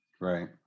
Right